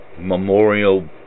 Memorial